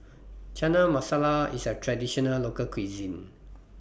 Chana Masala IS A Traditional Local Cuisine